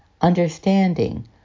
understanding